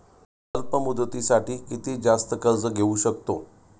अल्प मुदतीसाठी किती जास्त कर्ज घेऊ शकतो?